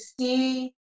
see